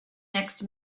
next